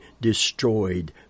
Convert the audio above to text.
destroyed